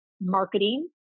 marketing